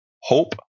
hope